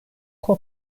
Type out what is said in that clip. pro